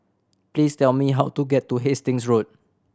please tell me how to get to Hastings Road